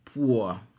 poor